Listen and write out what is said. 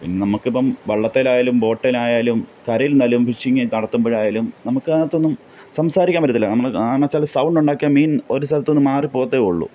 പിന്നെ നമുക്കിപ്പം വള്ളത്തിലായാലും ബോട്ടിലായാലും കരയിൽ നിന്നാലും ഫിഷിങ്ങ് നടത്തുമ്പോഴായാലും നമുക്കങ്ങനത്തെയൊന്നും സംസാരിക്കാൻ പറ്റത്തില്ല നമ്മൾ ആ എന്ന് വച്ചാൽ സൗണ്ട് ഉണ്ടാക്കിയാൽ മീൻ ഒരു സ്ഥലത്തു നിന്ന് മാറി പോകത്തെ ഉള്ളു